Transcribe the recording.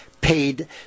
paid